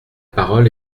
parole